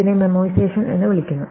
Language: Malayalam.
ഇതിനെ മെമോയിസേഷൻ എന്ന് വിളിക്കുന്നു